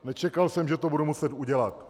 Nečekal jsem, že to budu muset udělat.